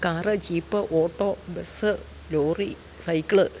car jeep auto bus lorry cycle